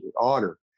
honor